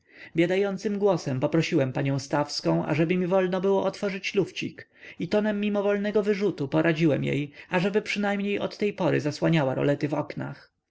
biadającym głosem poprosiłem panią stawską ażeby mi było wolno otworzyć lufcik i tonem mimowolnego wyrzutu poradziłem jej ażeby przynajmniej od tej pory zasłaniała rolety w oknach